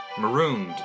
marooned